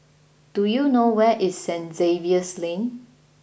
do you know where is Saint Xavier's Lane